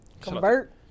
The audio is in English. convert